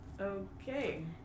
Okay